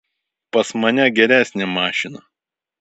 pas mane geresnė mašina